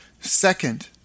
Second